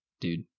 dude